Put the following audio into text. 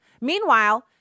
Meanwhile